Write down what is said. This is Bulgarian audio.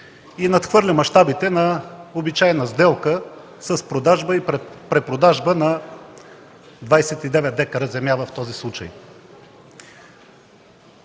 и надхвърля мащабите на обичайна сделка с продажба и препродажба на 29 декара земя в този случай.